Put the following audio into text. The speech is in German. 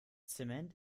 zement